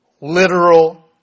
literal